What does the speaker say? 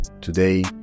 today